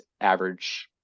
average